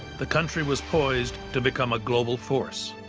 the country was poised to become a global force.